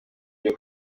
byo